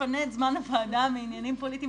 יפנה את זמן הוועדה מעניינים פוליטיים